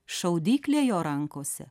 šaudyklė jo rankose